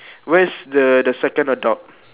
where's the the second adult